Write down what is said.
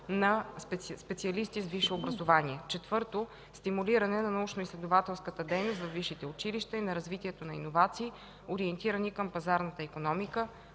на специалисти с висше образование. 4. Стимулиране на научноизследователската дейност във висшите училища и на развитието на иновации, ориентирани към пазарната икономика.